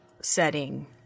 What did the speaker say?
setting